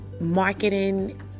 marketing